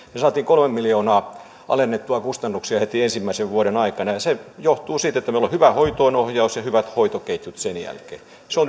me saimme kolme miljoonaa alennettua kustannuksia heti ensimmäisen vuoden aikana se johtuu siitä että meillä on hyvä hoitoonohjaus ja hyvät hoitoketjut sen jälkeen